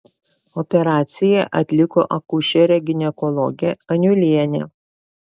operaciją atliko akušerė ginekologė aniulienė